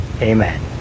Amen